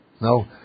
no